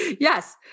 Yes